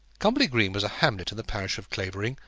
cumberly green was a hamlet in the parish of clavering,